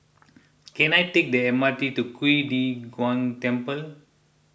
can I take the M R T to Qing De Gong Temple